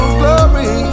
glory